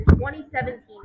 2017